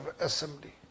assembly